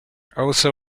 also